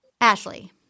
Ashley